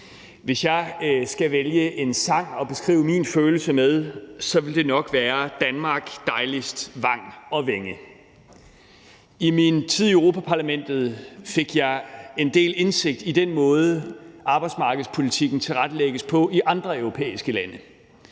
Hvis jeg skal vælge en sang til at beskrive min følelse med, ville det nok være »Danmark, dejligst vang og vænge«. I min tid i Europa-Parlamentet fik jeg en del indsigt i den måde, arbejdsmarkedspolitikken tilrettelægges på i andre europæiske lande.